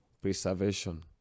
preservation